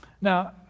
Now